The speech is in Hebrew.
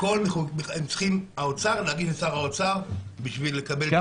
את הכול צריך האוצר להגיש לשר האוצר בשביל לקבל את הרטרו